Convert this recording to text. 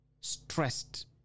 stressed